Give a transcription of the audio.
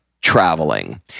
traveling